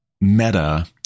Meta